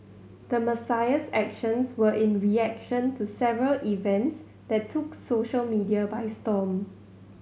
the Messiah's actions were in reaction to several events that took social media by storm